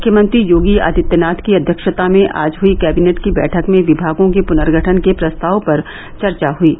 मुख्यमंत्री योगी आदित्यनाथ की अध्यक्षता में आज हुयी कैबिनेट की बैठक में विभागों के पुनर्गठन के प्रस्ताव पर चर्चा हुयी